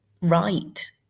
right